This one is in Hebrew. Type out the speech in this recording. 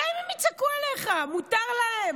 גם אם יצעקו עליך, מותר להם.